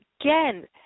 again